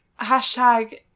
Hashtag